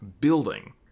building